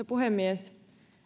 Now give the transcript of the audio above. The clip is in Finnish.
puhemies